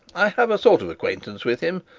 i have a sort of acquaintance with him,